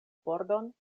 pordon